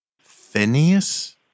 Phineas